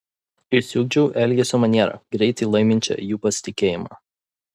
išsiugdžiau elgesio manierą greitai laiminčią jų pasitikėjimą